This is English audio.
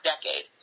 decade